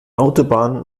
autobahn